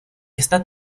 está